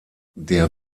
der